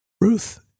Ruth